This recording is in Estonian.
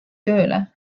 tööle